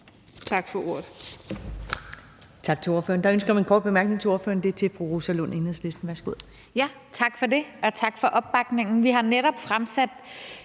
Tak for ordet.